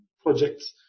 projects